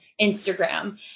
Instagram